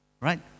right